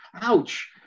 ouch